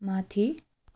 माथि